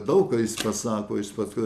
daug ką jis pasako jis pats